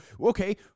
okay